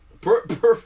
perfect